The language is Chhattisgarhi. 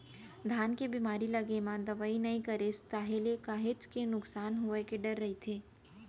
धान के बेमारी लगे म दवई नइ करेस ताहले काहेच के नुकसान होय के डर रहिथे